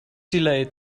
delayed